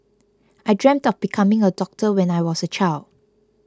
I dreamt of becoming a doctor when I was a child